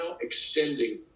extending